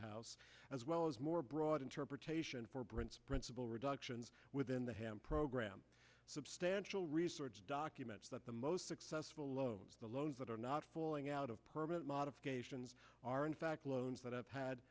house as well as more broad interpretation principal reductions within the ham program substantial research documents that the most successful loans the loans that are not falling out of permanent modifications are in fact loans that have had